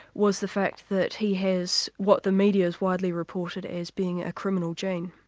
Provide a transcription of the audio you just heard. was the fact that he has what the media is widely reported as being a criminal gene.